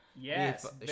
yes